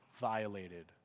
violated